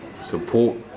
Support